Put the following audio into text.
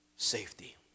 safety